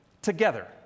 together